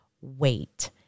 wait